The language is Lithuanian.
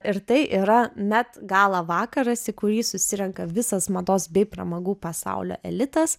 ir tai yra met gala vakaras į kurį susirenka visas mados bei pramogų pasaulio elitas